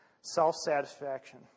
Self-satisfaction